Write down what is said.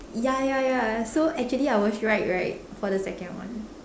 ya ya ya so actually I was right right for the second one